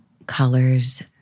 colors